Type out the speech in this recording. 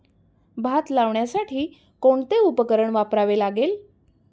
भात लावण्यासाठी कोणते उपकरण वापरावे लागेल?